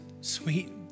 sweet